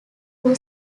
who